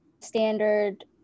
standard